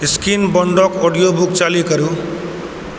Ruskin बॉन्डके audio book चालू करू